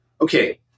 okay